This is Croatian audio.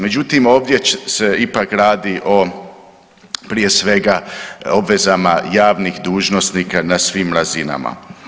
Međutim, ovdje se ipak radi o prije svega obvezama javnih dužnosnika na svim razinama.